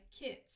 kids